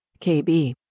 KB